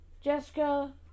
Jessica